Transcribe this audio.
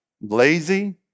lazy